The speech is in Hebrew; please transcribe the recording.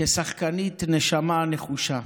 כשחקנית נשמה נחושה.